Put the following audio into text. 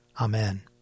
Amen